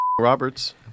Roberts